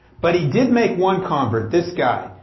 but he did make one convert, this guy,